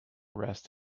rest